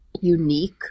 unique